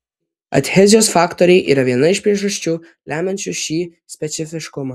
adhezijos faktoriai yra viena iš priežasčių lemiančių šį specifiškumą